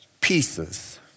pieces